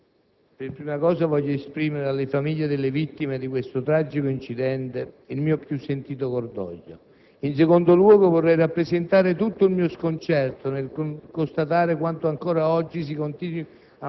Signor Presidente, colleghi, vorrei innanzitutto esprimere alle famiglie delle vittime di questo tragico incidente il mio più sentito cordoglio.